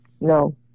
no